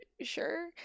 sure